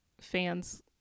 fans